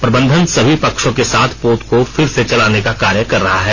प्रबंधन सभी पक्षों के साथ पोत को फिर से चलाने पर कार्य कर रहा है